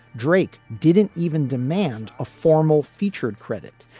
drake didn't even demand a formal featured credit,